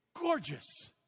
gorgeous